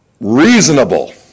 Reasonable